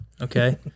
Okay